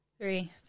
Three